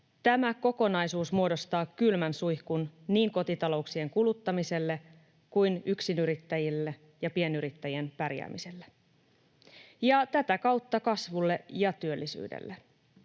tämä kokonaisuus muodostaa kylmän suihkun niin kotitalouksien kuluttamiselle kuin yksinyrittäjien ja pienyrittäjien pärjäämiselle ja tätä kautta kasvulle ja työllisyydelle.